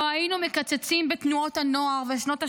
לא היינו מקצצים בתנועות הנוער ובשנות השירות,